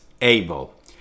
able